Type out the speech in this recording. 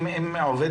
אם עובד